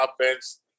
offense